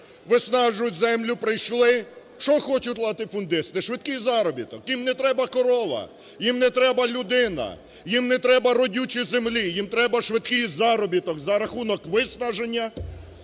виснажують землю, прийшли. Що хочуть латифундисти? Швидкий заробіток, їм не треба корова, їм не треба людина, їм не треба родючість землі, їм треба швидкий заробіток за рахунок виснаження,